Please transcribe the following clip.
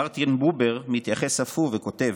מרטין בובר מתייחס אף הוא וכותב: